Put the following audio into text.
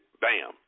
bam